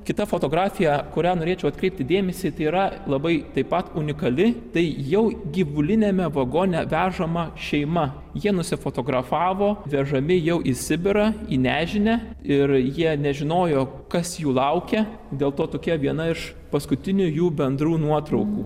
kita fotografija kurią norėčiau atkreipti dėmesį tai yra labai taip pat unikali tai jau gyvuliniame vagone vežama šeima jie nusifotografavo vežami jau į sibirą į nežinią ir jie nežinojo kas jų laukia dėl to tokia viena iš paskutinių jų bendrų nuotraukų